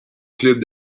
club